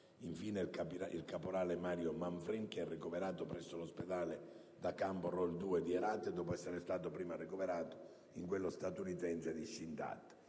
Italia); il caporale Mario Manfrin, ricoverato presso l'ospedale da campo «Role 2» di Herat, dopo essere stato ricoverato in quello statunitense di Shindand,